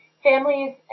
Families